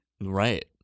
Right